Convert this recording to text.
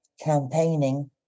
campaigning